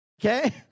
Okay